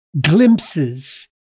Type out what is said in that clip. Glimpses